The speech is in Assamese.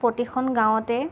প্ৰতিখন গাঁৱতে